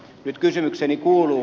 nyt kysymykseni kuuluu